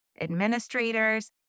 administrators